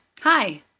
Hi